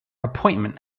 appointment